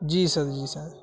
جی sir جی سر